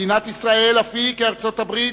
מדינת ישראל אף היא, כארצות-הברית,